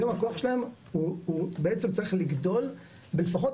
והיום הכוח שלהם הוא בעצם צריך לגדול בלפחות